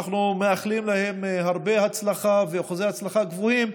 אנחנו מאחלים להם הרבה הצלחה ואחוזי הצלחה גבוהים,